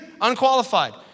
unqualified